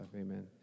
Amen